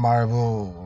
আমাৰ এইবোৰ